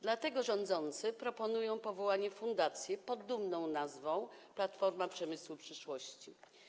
Dlatego rządzący proponują powołanie fundacji pod dumną nazwą Platforma Przemysłu Przyszłości.